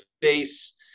base